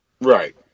Right